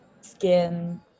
skin